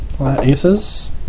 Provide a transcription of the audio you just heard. Aces